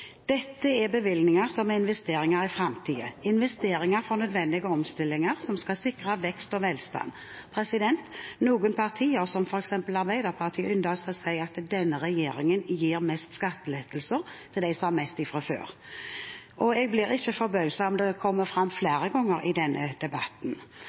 Dette er bevilgninger som er investeringer i framtiden, investeringer for nødvendige omstillinger som skal sikre vekst og velstand. Noen partier, som f.eks. Arbeiderpartiet, ynder å si at denne regjeringen gir mest skattelettelser til dem som har mest fra før. Jeg blir ikke forbauset om det kommer fram